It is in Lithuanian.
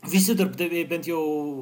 visi darbdaviai bent jau